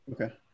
Okay